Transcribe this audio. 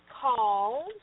called